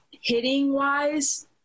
hitting-wise